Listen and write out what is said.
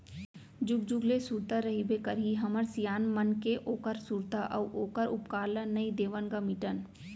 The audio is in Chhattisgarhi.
जुग जुग ले सुरता रहिबे करही हमर सियान मन के ओखर सुरता अउ ओखर उपकार ल नइ देवन ग मिटन